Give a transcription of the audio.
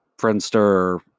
Friendster